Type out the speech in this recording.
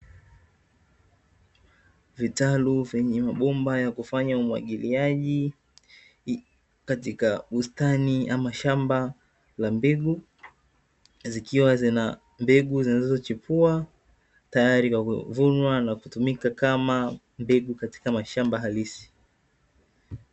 Vitalu vyenye mabomba yakufanya umwagiliaji, katika bustani ama shamba la mbegu, zikiwa zina mbegu zinazochipua, tayari kwa kuvunwa na kutumika kama mbegu katika mashamba halisi.